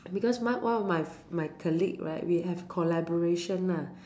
because my one of my my colleague right we have collaboration lah